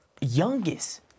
youngest